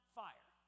fire